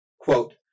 Quote